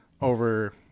over